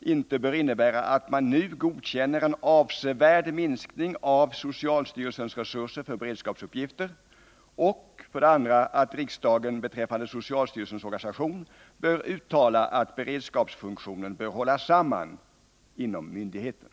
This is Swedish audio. inte bör innebära att man nu godkänner en avsevärd minskning av socialstyrelsens resurser för beredskapsuppgifter och att riksdagen beträffande socialstyrelsens organisation bör uttala att beredskapsfunktionen bör hållas samman inom myndigheten.